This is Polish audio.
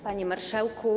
Panie Marszałku!